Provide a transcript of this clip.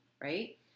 right